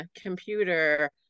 computer